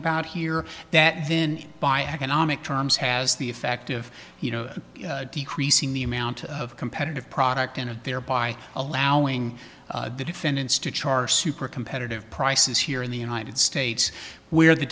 about here that vin by economic terms has the effect of you know decreasing the amount of competitive product in a thereby allowing the defendants to char super competitive prices here in the united states where the